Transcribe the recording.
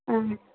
ஆ